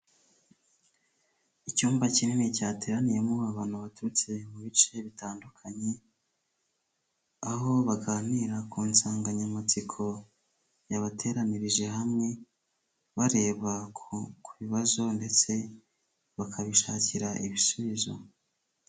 Icyumba kinini cyateraniyemo abantu baturutse mu bice bitandukanye, aho baganira ku nsanganyamatsiko yabateranirije hamwe, bareba ku bibazo ndetse bakabishakira ibisubizo.